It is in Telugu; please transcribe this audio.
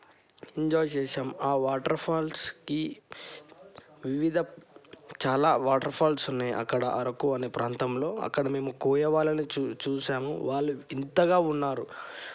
ఎంజాయ్ చేశాము వాటర్ఫాల్స్కి వివిధ చాలా వాటర్ఫాల్స్ ఉన్నాయి అక్కడ అరకు అని ప్రాంతంలో అక్కడ మేము కోయవాళ్ళని చూ చూసాము వాళ్ళు వింతగా ఉన్నారు